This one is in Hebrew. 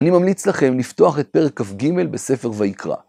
אני ממליץ לכם לפתוח את פרק כ"ג בספר ויקרא.